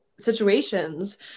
situations